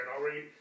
already